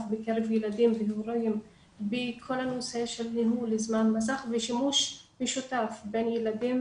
בקרב ילדים והורים בכל הנושא של ניהול זמן מסך ושימוש משותף בין ילדים